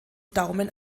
daumen